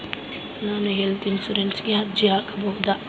ನಾನು ಹೆಲ್ತ್ ಇನ್ಶೂರೆನ್ಸಿಗೆ ಅರ್ಜಿ ಹಾಕಬಹುದಾ?